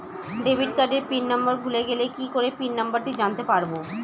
Debit কার্ডের pin number ভুলে গেলে কি করে পিন নম্বরটি জানতে পারবো?